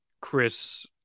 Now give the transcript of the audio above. Chris